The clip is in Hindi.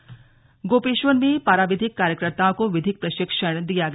विधिक शिविर चमोली गोपेश्वर में पराविधिक कार्यकर्ताओं को विधिक प्रशिक्षण दिया गया